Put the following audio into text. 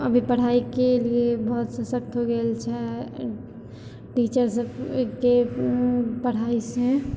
अभी पढ़ाइके लिए बहुत सशक्त हो गेल छै टीचरसबके पढ़ाइसँ